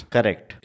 Correct